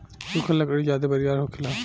सुखल लकड़ी ज्यादे बरियार होखेला